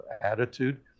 attitude